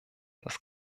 das